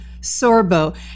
Sorbo